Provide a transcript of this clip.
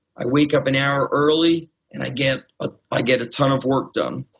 i wake up an hour early and i get ah i get a ton of work done.